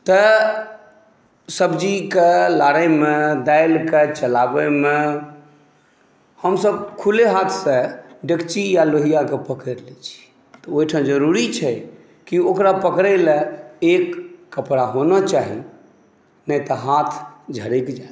तऽ सब्जीके लारैमे दालिके चलाबैमे हमसभ खुले हाथसँ डेकची या लोहिआके पकड़ि लै छी तऽ ओहिठाम जरूरी छै की ओकरा पकड़ैलए एक कपड़ा होना चाही नहि तऽ हाथ झरकि जैत